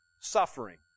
Suffering